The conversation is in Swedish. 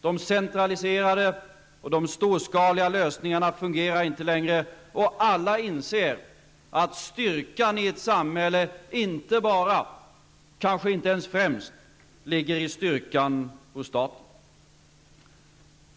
De centraliserade och de storskaliga lösningarna fungerar inte längre, och alla inser att styrkan i ett samhälle inte bara och kanske inte ens främst ligger i styrkan hos staten.